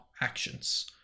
actions